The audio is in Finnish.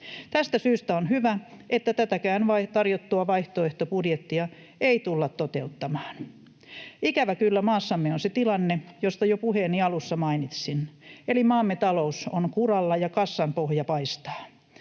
Tästä syystä on hyvä, että tätäkään tarjottua vaihtoehtobudjettia ei tulla toteuttamaan. Ikävä kyllä maassamme on se tilanne, josta jo puheeni alussa mainitsin, eli maamme talous on kuralla ja kassan pohja paistaa.